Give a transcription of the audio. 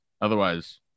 Otherwise